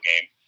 game